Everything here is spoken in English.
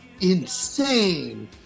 insane